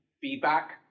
feedback